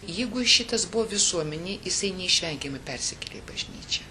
jeigu šitas buvo visuomenėj jisai neišvengiamai persikėlė į bažnyčią